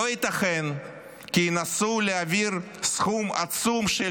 לא ייתכן כי ינסו להעביר סכום עצום של